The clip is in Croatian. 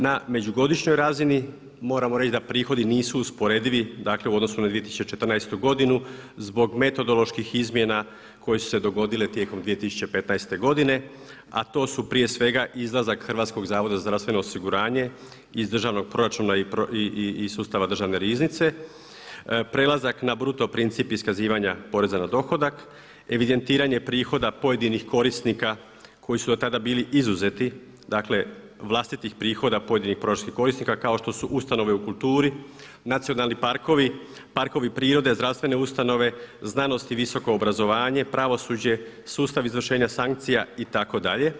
Na međugodišnjoj razini moramo reći da prihodi nisu usporedivi dakle u odnosu na 2014. godinu zbog metodoloških izmjena koje su se dogodile tijekom 2015. godine a to su prije svega izlazak HZZO-a iz državnog proračuna i sustava državne riznice, prelazak na bruto princip iskazivanja poreza na dohodak, evidentiranje prihoda pojedinih korisnika koji su do tada bili izuzeti, dakle vlastitih prihoda pojedinih proračunskih korisnika kao što su ustanove u kulturi, nacionalni parkovi, parkovi prirode, zdravstvene ustanove, znanost i visoko obrazovanje, pravosuđe, sustav izvršenja sankcija itd.